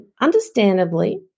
understandably